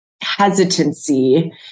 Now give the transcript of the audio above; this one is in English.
hesitancy